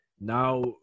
now